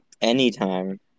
Anytime